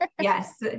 Yes